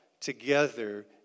together